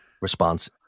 response